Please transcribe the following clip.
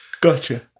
Gotcha